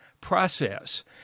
process